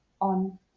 on